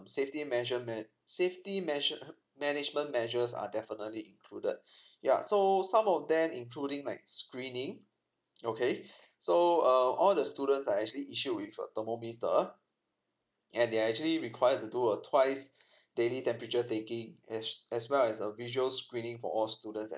safety measure man~ safety measure management measures are definitely included yeah so some of them including like screening okay so err all the students are actually issued with a thermometer and they are actually required to do a twice daily temperature taking as as well as a visual screening for all students